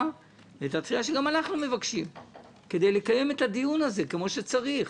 כדי לקיים את הדיון הזה כמו שצריך.